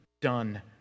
done